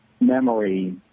memory